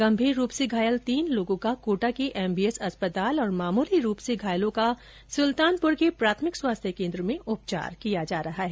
गम्भीर रूप से घायल तीन लोगों का कोटा के एमबीएस अस्पताल और मामूली रूप से घायलों का सुल्तानपुर के प्राथमिक स्वास्थ्य केंद्र में उपचार किया जा रहा है